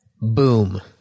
Boom